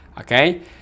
okay